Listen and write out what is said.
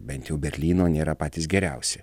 bent jau berlyno nėra patys geriausi